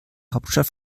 hauptstadt